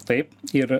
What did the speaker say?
taip ir